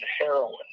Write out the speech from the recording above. heroin